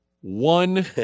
one